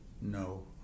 no